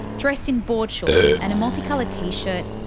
dressed in board shorts and a multi-coloured t-shirt,